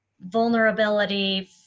vulnerability